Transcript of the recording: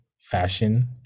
fashion